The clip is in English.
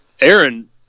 Aaron